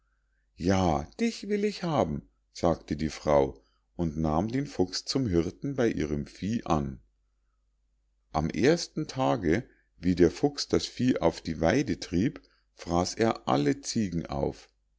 ja dich will ich haben sagte die frau und nahm den fuchs zum hirten bei ihrem vieh an am ersten tage wie der fuchs das vieh auf die weide trieb fraß er alle ziegen auf